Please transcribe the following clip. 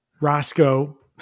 Roscoe